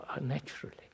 Naturally